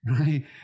right